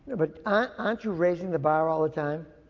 but, aren't, aren't you raiding the bar all the time?